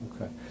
Okay